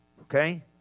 Okay